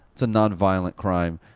it's a non-violent crime.